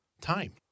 time